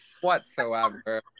whatsoever